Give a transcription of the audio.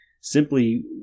simply